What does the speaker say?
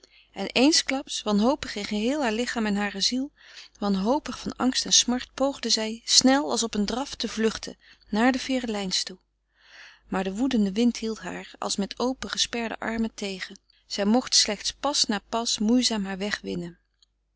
en eensklaps wanhopig in geheel haar lichaam en hare ziel wanhopig van angst en smart poogde zij snel als op een draf te vluchten naar de ferelijns toe maar de woedende wind hield haar als met opengesperde armen tegen zij mocht slechts pas na pas moeizaam haar weg winnen